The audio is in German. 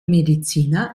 mediziner